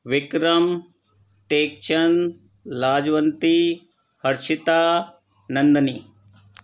Vikram Tekchand Lajwanti Harshita Nandini